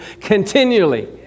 continually